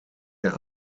der